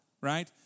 right